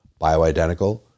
Bioidentical